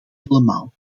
helemaal